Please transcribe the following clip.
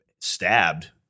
stabbed